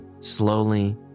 slowly